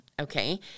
okay